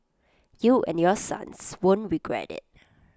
you and your sons won't regret IT